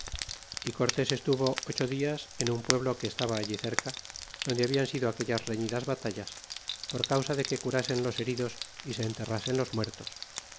y cortés estuvo ocho dias en un pueblo que estaba allí cerca donde habían sido aquellas reñidas batallas por causa de que se curasen los heridos y se enterrasen los muertos